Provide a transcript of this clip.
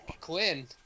Quinn